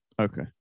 Okay